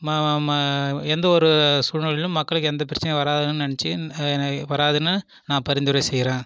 எந்த ஒரு சூழ்நிலையிலும் மக்களுக்கு எந்த பிரச்னையும் வராதுன்னு நெனைச்சி வராதுன்னு நான் பரிந்துரை செய்யுறேன்